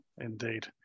indeed